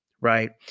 Right